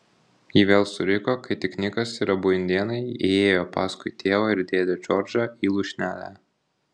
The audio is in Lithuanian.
ji vėl suriko kai tik nikas ir abu indėnai įėjo paskui tėvą ir dėdę džordžą į lūšnelę